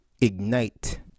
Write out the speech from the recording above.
ignite